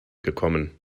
gekommen